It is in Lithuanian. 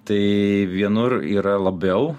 tai vienur yra labiau